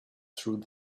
through